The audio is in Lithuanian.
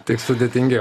tik sudėtingiau